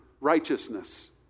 righteousness